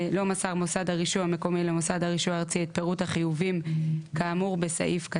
תשלום חיובים למתן היתר 158סב(ד) לא מסר מוסד הרישוי